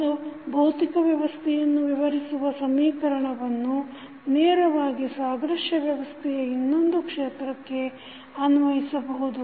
ಒಂದು ಭೌತಿಕ ವ್ಯವಸ್ಥೆಯನ್ನು ವಿವರಿಸುವ ಸಮೀಕರಣವನ್ನು ನೇರವಾಗಿ ಸಾದೃಶ್ಯ ವ್ಯವಸ್ಥೆಯ ಇನ್ನೊಂದು ಕ್ಷೇತ್ರಕ್ಕೆ ಅನ್ವಯಿಸಬಹುದು